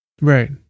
right